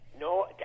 No